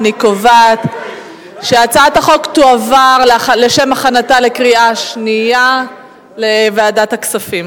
אני קובעת שהצעת החוק תועבר לשם הכנתה לקריאה שנייה לוועדת הכספים.